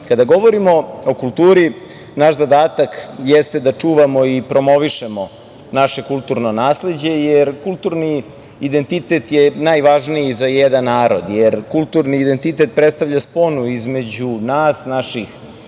govorimo o kulturi, naš zadatak jeste da čuvamo i promovišemo naše kulturno nasleđe, jer kulturni identitet je najvažniji za jedan narod, jer kulturni identitet predstavlja sponu između nas, naših